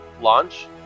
launch